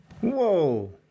Whoa